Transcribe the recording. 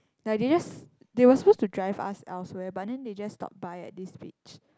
like they just they were supposed to drive us elsewhere but then they just stop by at this beach